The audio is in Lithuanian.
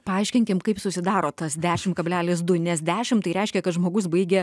paaiškinkim kaip susidaro tas dešimt kablelis du nes dešimt tai reiškia kad žmogus baigia